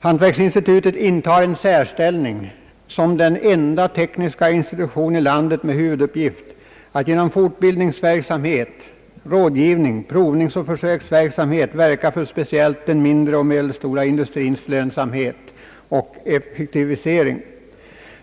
Hantverksinstitutet intar en särställning som den enda tekniska institutionen i landet med huvuduppgift att samhet verka för speciellt den mindre och medelstora industrins lönsamhet och effektivisering.